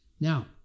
Now